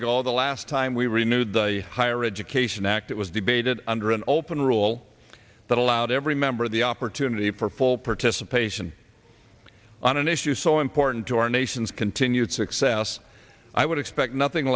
ago the last time we renewed the higher education act it was debated under an open rule that allowed every member of the opportunity for full participation on an issue so important to our nation's continued success i would expect nothing